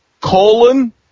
colon